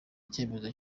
icyemezo